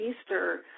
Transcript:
Easter